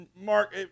Mark